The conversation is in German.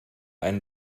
einen